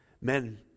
Men